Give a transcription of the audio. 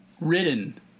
ridden